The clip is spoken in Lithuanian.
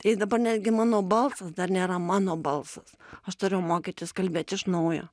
jei dabar netgi mano balsas dar nėra mano balsas aš turėjau mokytis kalbėti iš naujo